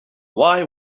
why